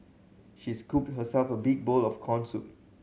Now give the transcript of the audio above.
she scooped herself a big bowl of corn soup